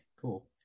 cool